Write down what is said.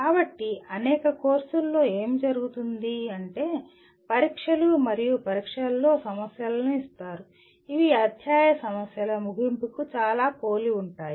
కాబట్టి అనేక కోర్సులలో ఏమి జరుగుతుంది అంటే పరీక్షలు మరియు పరీక్షలలో సమస్యలను ఇస్తారు ఇవి అధ్యాయ సమస్యల ముగింపుకు చాలా పోలి ఉంటాయి